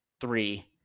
three